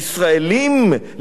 לציונים,